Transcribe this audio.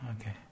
Okay